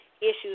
issues